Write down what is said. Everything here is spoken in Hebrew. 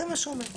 זה מה שהוא אומר.